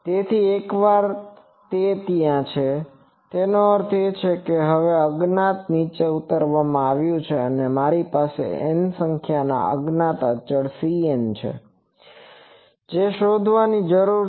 તેથી એકવાર તે ત્યાં છે તેનો અર્થ એ છે કે હવે આ અજ્ઞાતને નીચે ઉતારવામાં આવ્યું છે અને મારી પાસે N સંખ્યાના અજ્ઞાત અચળ cn છે જે શોધવાની જરૂર છે